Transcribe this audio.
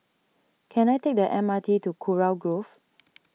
can I take the M R T to Kurau Grove